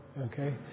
okay